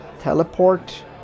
teleport